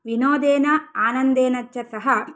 विनोदेन आनन्देन च सह